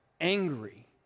angry